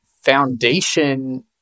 foundation